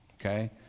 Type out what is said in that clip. Okay